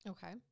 Okay